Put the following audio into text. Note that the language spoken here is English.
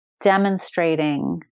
demonstrating